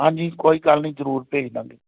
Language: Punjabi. ਹਾਂਜੀ ਕੋਈ ਗੱਲ ਨਹੀਂ ਜ਼ਰੂਰ ਭੇਜ ਦਾਂਗੇ